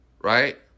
Right